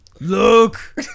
Look